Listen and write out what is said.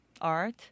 art